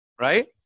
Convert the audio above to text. right